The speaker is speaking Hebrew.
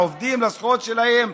לעובדים, לזכויות שלהם.